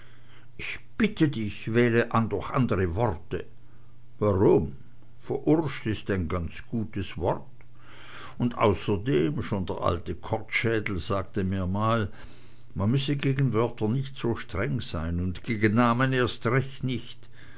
ich bitte dich wähle doch andere worte warum verurscht ist ein ganz gutes wort und außerdem schon der alte kortschädel sagte mir mal man müsse gegen wörter nicht so streng sein und gegen namen erst recht nicht